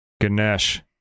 Ganesh